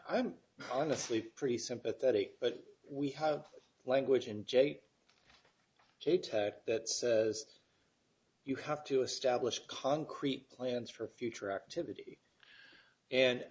i'm honestly pretty sympathetic but we have language in j that says you have to establish concrete plans for future activity and